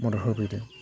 मदद होफैदों